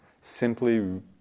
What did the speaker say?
simply